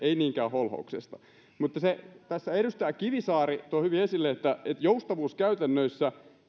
holhouksesta tässä edustaja kivisaari toi hyvin esille että joustavuus käytännöissä